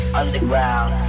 underground